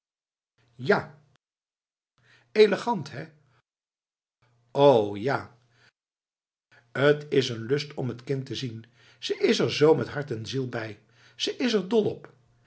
ja elegant hé o ja t is een lust om t kind te zien ze is er zoo met hart en ziel bij ze is er dol